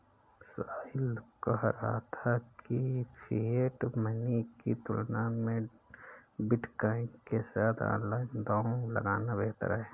साहिल कह रहा था कि फिएट मनी की तुलना में बिटकॉइन के साथ ऑनलाइन दांव लगाना बेहतर हैं